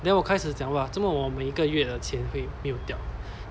then 我开始讲哇这么我每一个月的钱会没有掉